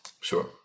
sure